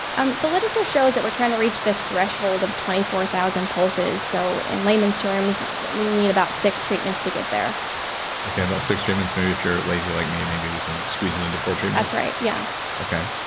um the literature shows that we're trying to reach this threshold of twenty four thousand pulses, so in layman's terms we need about six treatments to get there okay, about six treatments. maybe if you're lazy like me, maybe we can squeeze it into four treatments? that's right, yeah okay.